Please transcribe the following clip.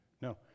No